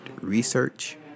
research